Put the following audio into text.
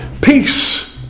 peace